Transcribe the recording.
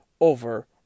over